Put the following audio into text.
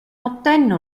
ottenne